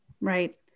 Right